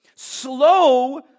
slow